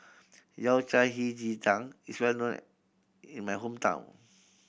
Yao Cai Hei Ji Tang is well known in my hometown